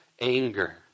anger